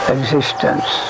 Existence